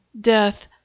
death